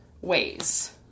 ways